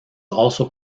also